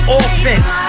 offense